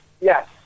yes